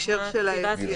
בהקשר של היציאה?